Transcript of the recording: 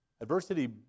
Adversity